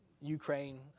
Ukraine